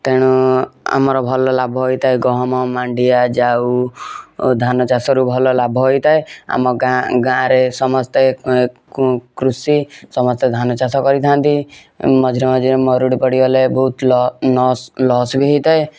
ତେଣୁ ଆମର ଭଲ ଲାଭ ହୋଇଥାଏ ଗହମ ମାଣ୍ଡିଆ ଯାଉ ଧାନ ଚାଷରୁ ଭଲ ଲାଭ ହୋଇଥାଏ ଆମ ଗାଁ ଗାଁରେ ସମସ୍ତେ କୃଷି ସମସ୍ତେ ଧାନ ଚାଷ କରିଥାନ୍ତି ମଝିରେ ମଝିରେ ମରୁଡ଼ି ପଡ଼ିଗଲେ ବହୁତ ଲସ ବି ହେଇଥାଏ